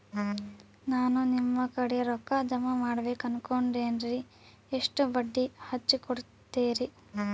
ನಾ ನಿಮ್ಮ ಕಡೆ ರೊಕ್ಕ ಜಮಾ ಮಾಡಬೇಕು ಅನ್ಕೊಂಡೆನ್ರಿ, ಎಷ್ಟು ಬಡ್ಡಿ ಹಚ್ಚಿಕೊಡುತ್ತೇರಿ?